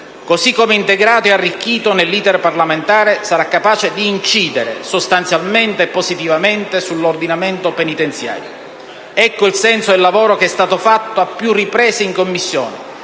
così come integrato e arricchito nell'*iter* parlamentare, sarà capace di incidere sostanzialmente e positivamente sull'ordinamento penitenziario. Ecco il senso del lavoro fatto a più riprese in Commissione,